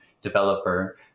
developer